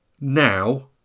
now